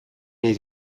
nahi